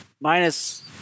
minus